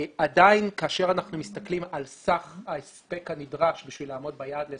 עדיין כאשר אנחנו מסתכלים על סך ההספק הנדרש בשביל לעמוד ביעד ל-2030,